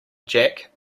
jack